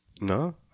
No